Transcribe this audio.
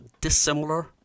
dissimilar